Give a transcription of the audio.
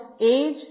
age